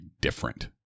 different